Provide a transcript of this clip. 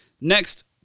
Next